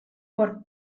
por